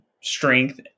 strength